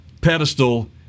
pedestal